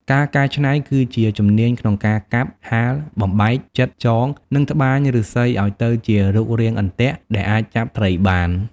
ការកែច្នៃ គឺជាជំនាញក្នុងការកាប់ ហាល បំបែក ចិត ចង និងត្បាញឫស្សីឲ្យទៅជារូបរាងអន្ទាក់ដែលអាចចាប់ត្រីបាន។